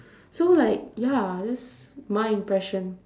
so like ya that's my impression